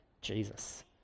Jesus